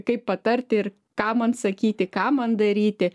kaip patarti ir ką man sakyti ką man daryti